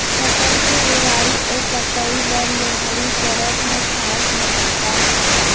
फसल के बोवई अउ कटई बर लोहड़ी परब ह खास महत्ता हे